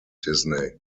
disney